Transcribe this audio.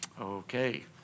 okay